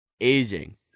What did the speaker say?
aging